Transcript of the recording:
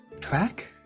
track